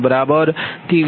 u છે